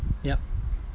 yup